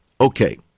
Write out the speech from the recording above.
Okay